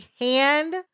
hand